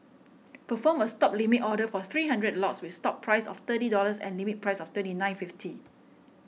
perform a stop Limit Order for three hundred lots with stop price of thirty dollars and limit price of thirty nine fifty